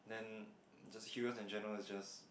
then just heros and general is just